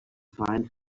find